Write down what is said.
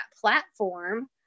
platform